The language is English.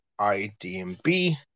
IDMB